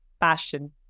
Passion